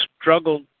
struggled